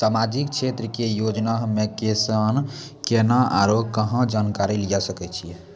समाजिक क्षेत्र के योजना हम्मे किसान केना आरू कहाँ जानकारी लिये सकय छियै?